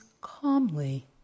calmly